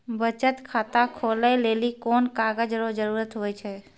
बचत खाता खोलै लेली कोन कागज रो जरुरत हुवै छै?